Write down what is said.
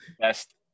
best